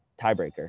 tiebreaker